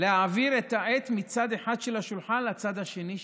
להעביר את העט מצד אחד של השולחן לצד השני שלו.